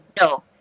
no